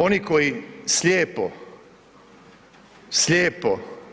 Oni koji slijepo